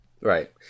Right